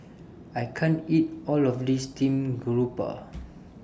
I can't eat All of This Steamed Garoupa